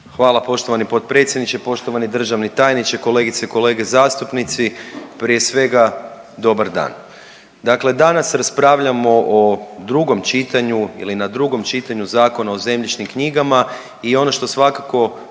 Hvala poštovani potpredsjedniče, poštovani državni tajniče, kolegice i kolege zastupnici. Prije svega, dobar dan. Dakle danas raspravljamo o drugom čitanju ili na drugom čitanju Zakona o zemljišnim knjigama i ono što svakako